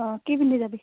অঁ কি পিন্ধি যাবি